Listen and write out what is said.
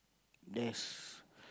there's